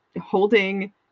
holding